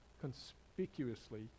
conspicuously